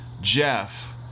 Jeff